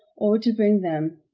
or to bring them